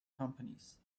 companies